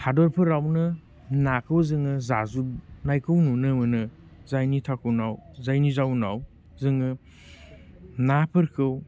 हादरफोरावनो नाखौ जोङो जाजुबनायखौ नुनो मोनो जायनि थाखुनाव जायनि जाउनाव जोङो नाफोरखौ